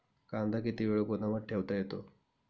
कांदा किती वेळ गोदामात ठेवता येतो?